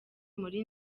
muri